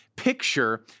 picture